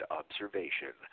observation